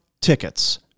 tickets